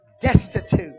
Destitute